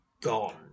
gone